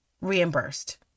reimbursed